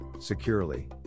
securely